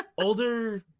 older